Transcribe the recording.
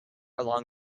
along